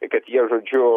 kad jie žodžiu